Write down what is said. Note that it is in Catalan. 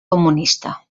comunista